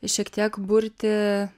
šiek tiek burti